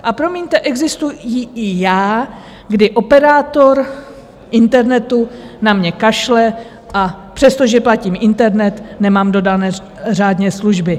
A promiňte, existuji i já, kdy operátor internetu na mě kašle, a přestože platím internet, nemám dodané řádně služby.